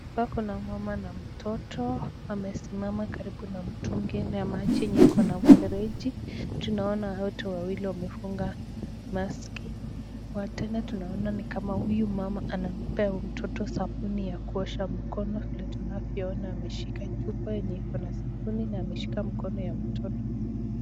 Hapa kuna mama na mtoto amesimama karibu na mtungi yenye ina maji na iko na mfereji , tunaona watu wawili wamefunga maski tena tunaona ni kama huyu mama anapea huyu mtoto sabuni ya kuosha mkono vile tunavyoona ameshika chupa yenye iko na sabuni na ameshika mkono ya mtoto.